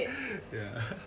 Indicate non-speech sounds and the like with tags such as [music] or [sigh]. ya [laughs]